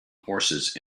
horses